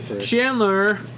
Chandler